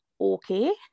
okay